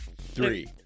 Three